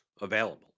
available